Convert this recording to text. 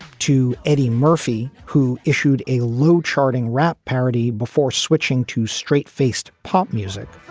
to eddie murphy, who issued a low charting rap parody before switching to straight faced pop music